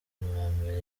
mbere